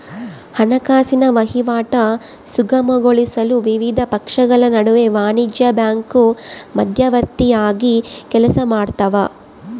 ಹಣಕಾಸಿನ ವಹಿವಾಟು ಸುಗಮಗೊಳಿಸಲು ವಿವಿಧ ಪಕ್ಷಗಳ ನಡುವೆ ವಾಣಿಜ್ಯ ಬ್ಯಾಂಕು ಮಧ್ಯವರ್ತಿಯಾಗಿ ಕೆಲಸಮಾಡ್ತವ